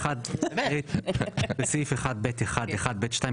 בסעיף 1(ב1)(1)(ב)(2),